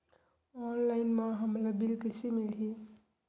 Online म हमला bill कइसे मिलही?